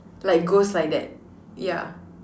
like ghost like that ya